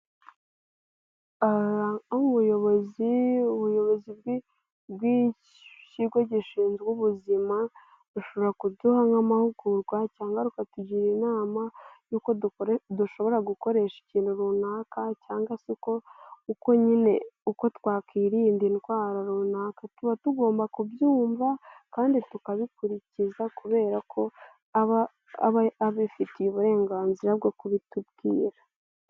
Ubuyobozi bw'ikigo gishinzwe ubuzima bushobora kuduha nk'amahugurwa cyangwa rukatugira inama'uko dushobora gukoresha ikintu runaka cyangwa seko uko nyine twakwirinda indwara runaka. Tuba tugomba kubyumva kandi tukabikurikiza kubera ko aba aba abifitiye uburenganzira bwo kubitubwira.